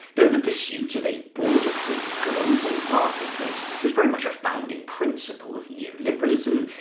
though the pursuit of a border-free global marketplace was very much a founding principle of neoliberalism,